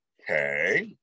Okay